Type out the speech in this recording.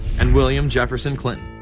and william jefferson clinton.